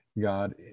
God